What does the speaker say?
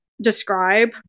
describe